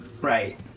Right